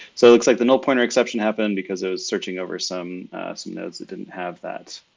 so it looks like the null pointer exception happened because it was searching over some some nodes that didn't have that